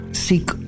seek